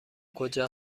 کجا